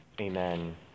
Amen